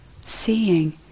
seeing